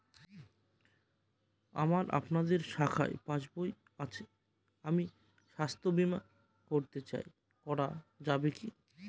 আমার আপনাদের শাখায় পাসবই আছে আমি স্বাস্থ্য বিমা করতে চাই করা যাবে কি?